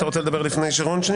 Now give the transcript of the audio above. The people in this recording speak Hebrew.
אתה רוצה לדבר לפני שרון,